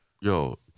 Yo